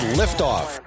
liftoff